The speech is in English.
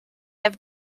have